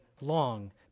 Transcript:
long